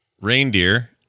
reindeer